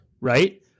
right